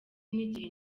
n’igihe